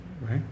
right